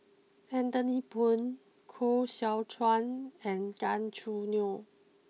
Anthony Poon Koh Seow Chuan and Gan Choo Neo